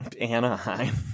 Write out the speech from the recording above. Anaheim